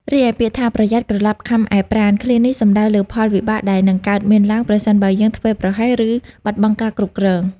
រីឯពាក្យថា "ប្រយ័ត្នក្រឡាប់ខាំឯប្រាណ"ឃ្លានេះសំដៅលើផលវិបាកដែលនឹងកើតមានឡើង ប្រសិនបើយើងធ្វេសប្រហែស ឬបាត់បង់ការគ្រប់គ្រង។